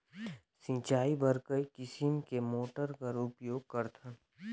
सिंचाई बर कई किसम के मोटर कर उपयोग करथन?